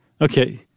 Okay